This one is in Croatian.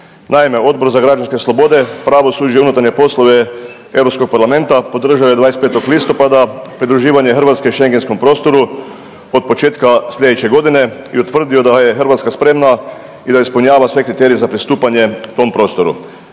Naime, Odbor za građanske slobode, pravosuđe i unutarnje poslove Europskog parlamenta podržao je 25. listopada pridruživanje Hrvatske Šengenskom prostoru od početka sljedeće godine i utvrdio da je Hrvatska spremna i da ispunjava sve kriterije za pristupanje tom prostoru